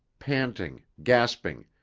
panting, gasping,